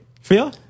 Feel